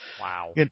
Wow